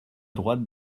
droite